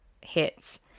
hits